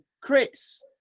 Chris